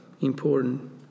important